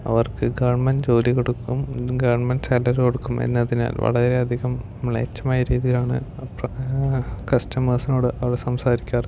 അവർക്ക് ഗവൺമെൻറ് ജോലി കൊടുക്കും ഗവൺമെൻറ് സാലറി കൊടുക്കും എന്നതിനാൽ വളരെയധികം മ്ലേച്ഛമായ രീതിയിലാണ് കസ്റ്റമേഴ്സിനോട് അവർ സംസാരിക്കാറ്